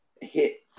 hit